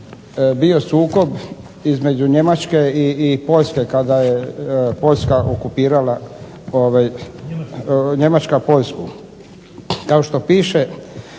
bio sukob između Njemačke i Poljske kada je Poljska okupirala, Njemačka Poljsku. Kao što piše